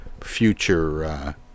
future